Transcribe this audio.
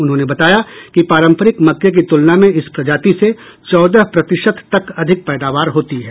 उन्होंने बताया कि पारंपरिक मक्के की तुलना में इस प्रजाति से चौदह प्रतिशत तक अधिक पैदावार होती है